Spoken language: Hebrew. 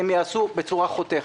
הם ייעשו בצורה חותכת.